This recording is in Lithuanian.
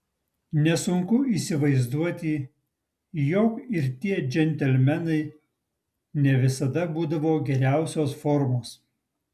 nesunku įsivaizduoti jog ir tie džentelmenai ne visada būdavo geriausios formos